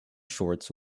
shorts